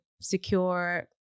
secure